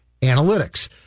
analytics